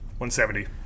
170